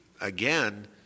again